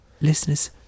listeners